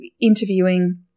interviewing